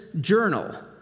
journal